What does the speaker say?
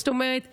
זאת אומרת משהו?